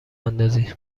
اندازی